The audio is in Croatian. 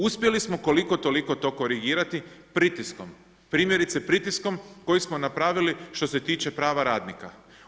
Uspjeli smo koliko toliko to korigirati pritiskom, primjerice pritiskom koji smo napravili što se tiče prava radnika.